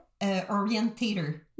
orientator